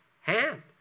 hand